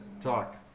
talk